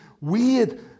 weird